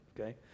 okay